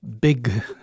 big